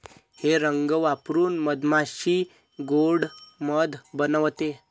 हे रंग वापरून मधमाशी गोड़ मध बनवते